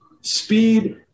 speed